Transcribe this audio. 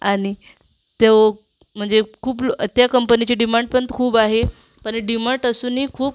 आणि तो म्हणजे खूप त्या कंपनीची डिमांड पण खूप आहे पण डिमाट असूनही खूप